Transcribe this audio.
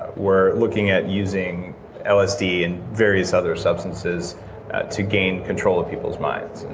were looking at using lsd and various other substances to gain control of people's mind.